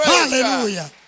Hallelujah